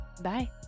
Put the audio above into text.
Bye